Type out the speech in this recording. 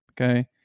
okay